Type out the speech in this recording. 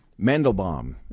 Mandelbaum